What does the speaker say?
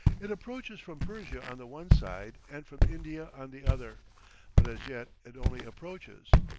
it approaches from persia on the one side, and from india on the other but as yet it only approaches.